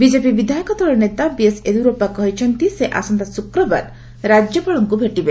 BJP ବିଧାୟକ ଦଳ ନେତା ବିଏସ୍ ୟେଦୂରପ୍ସା କହିଛନ୍ତି ଯେ ସେ ଆସନ୍ତା ଶୁକ୍ରବାର ରାଜ୍ୟପାଳଙ୍କୁ ଭେଟିବେ